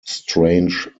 strange